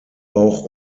auch